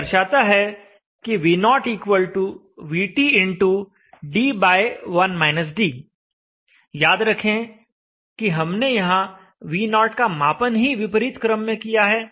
यह दर्शाता है कि V0VTd याद रखें कि हमने यहां V0 का मापन ही विपरीत क्रम में किया है